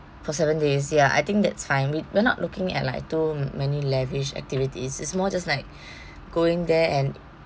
for seven days ya I think that's fine we we're not looking at like too many lavish activities it's more just like going there and